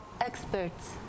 experts